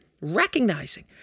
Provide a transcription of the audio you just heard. Recognizing